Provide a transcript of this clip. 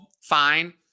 fine